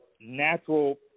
natural